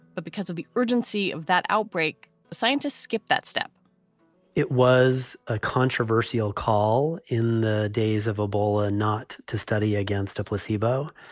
but because of the urgency of that outbreak. scientists skip that step it was a controversial call in the days of ebola not to study against a placebo.